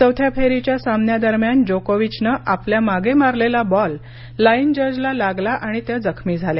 चौथ्या फेरीच्या सामन्यादरम्यान जोकोविचनं आपल्यामागे मारलेला बॉल लाइन जजला लागला आणि त्या जखमी झाल्या